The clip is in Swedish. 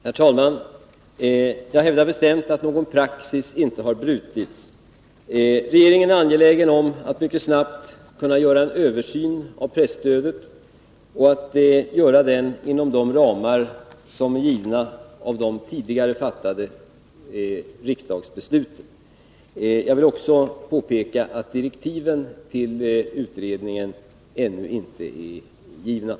Herr talman! Jag hävdar bestämt att någon praxis inte har brutits. Regeringen är angelägen om att mycket snabbt, inom de ramar som är givna av tidigare fattade riksdagsbeslut, kunna göra en översyn av presstödet. Jag vill också påpeka att direktiven till utredningen ännu inte är utfärdade.